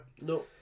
No